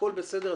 שהכול בסדר,